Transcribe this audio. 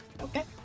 Okay